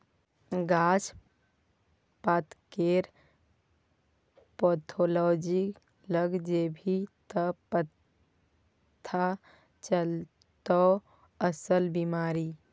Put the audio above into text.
गाछ पातकेर पैथोलॉजी लग जेभी त पथा चलतौ अस्सल बिमारी